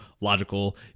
logical